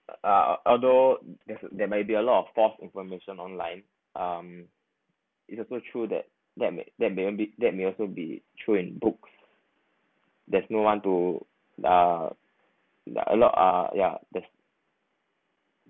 uh outdoor there's there may be a lot of false information online um it's also true that that may that may uh be that may also be through a book there's no one to uh a lot uh yeah that's